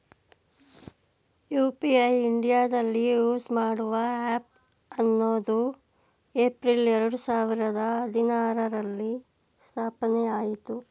UPI ಇಂಡಿಯಾದಲ್ಲಿ use ಮಾಡುವ app ಹನ್ನೊಂದು ಏಪ್ರಿಲ್ ಎರಡು ಸಾವಿರದ ಹದಿನಾರುರಲ್ಲಿ ಸ್ಥಾಪನೆಆಯಿತು